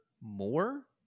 more